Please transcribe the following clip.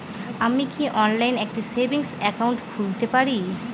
আমি কি অনলাইন একটি সেভিংস একাউন্ট খুলতে পারি?